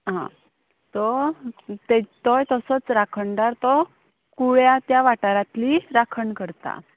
आं तो ते तोय तसोच राखणदार तो कुळ्यां त्या वाठारांतली राखण करता